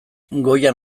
goian